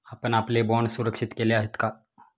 आपण आपले बाँड सुरक्षित केले आहेत का?